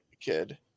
kid